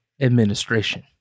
administration